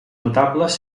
notables